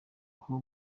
aho